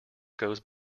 goes